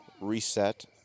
reset